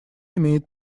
имеет